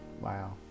Wow